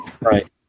Right